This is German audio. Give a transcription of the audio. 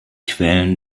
quellen